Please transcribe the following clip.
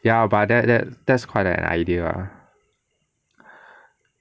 ya but that that that's quite an idea lah